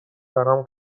برام